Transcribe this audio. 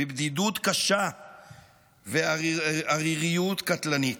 בבדידות קשה ועריריות קטלנית.